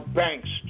banks